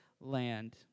land